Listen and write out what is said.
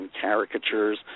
caricatures